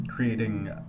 Creating